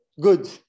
Good